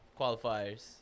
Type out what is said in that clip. qualifiers